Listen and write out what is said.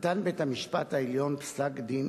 נתן בית-המשפט העליון פסק-דין